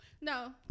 no